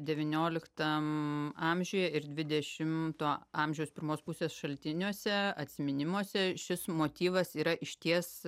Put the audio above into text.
devynioliktam amžiuje ir dvidešimto amžiaus pirmos pusės šaltiniuose atsiminimuose šis motyvas yra išties